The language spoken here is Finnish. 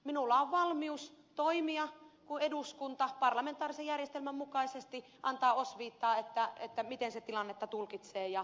minulla on valmius toimia kun eduskunta parlamentaarisen järjestelmän mukaisesti antaa osviittaa miten se tilannetta tulkitsee ja haluaa toimittavan